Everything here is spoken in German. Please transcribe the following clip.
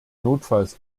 notfalls